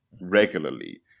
regularly